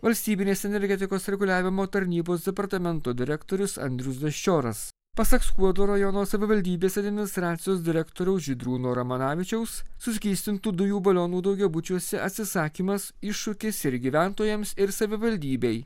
valstybinės energetikos reguliavimo tarnybos departamento direktorius andrius daščioras pasak skuodo rajono savivaldybės administracijos direktoriaus žydrūno ramanavičiaus suskystintų dujų balionų daugiabučiuose atsisakymas iššūkis ir gyventojams ir savivaldybei